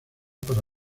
para